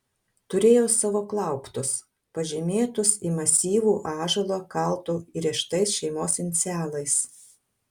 turėjo savo klauptus pažymėtus į masyvų ąžuolą kaltu įrėžtais šeimos inicialais